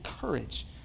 courage